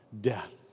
death